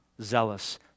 zealous